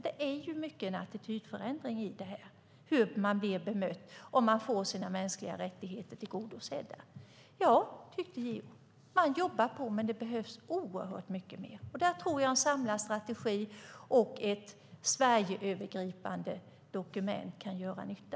Det handlar ju mycket om en attitydförändring när det gäller hur man blir bemött och om man får sina mänskliga rättigheter tillgodosedda. Ja, tyckte JO. Man jobbar på, men det behövs oerhört mycket mer. Där tror jag att en samlad strategi och ett Sverigeövergripande dokument kan göra nytta.